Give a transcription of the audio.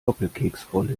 doppelkeksrolle